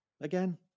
again